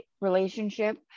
relationship